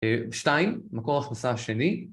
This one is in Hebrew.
אה שתיים, מקור הכנסה השני